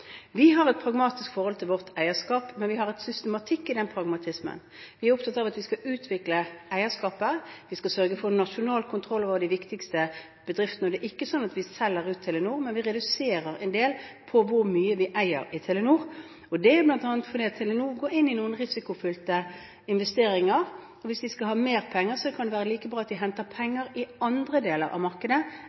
Vi har et pragmatisk forhold til vårt eierskap, men vi har en systematikk i den pragmatismen. Vi er opptatt av at vi skal utvikle eierskapet, vi skal sørge for nasjonal kontroll over de viktigste bedriftene. Det er ikke sånn at vi selger ut Telenor, men vi reduserer en del på hvor mye vi eier i Telenor. Det er bl.a. fordi Telenor går inn i noen risikofylte investeringer. Hvis vi skal ha mer penger, kan det være like bra at de henter penger i andre deler av markedet,